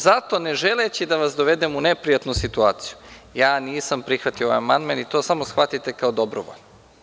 Zato, ne želeći da vas dovedem u neprijatnu situaciju, ja nisam prihvatio ovaj amandman i to samo shvatite kao dobru volju